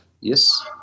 yes